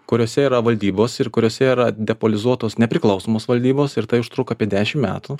kuriose yra valdybos ir kuriose yra depolizuotos nepriklausomos valdybos ir tai užtruko apie dešim metų